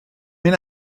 mynd